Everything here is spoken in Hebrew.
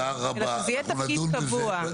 צריך שזה יהיה תפקיד קבוע.